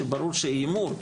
שברור שהיא הימור,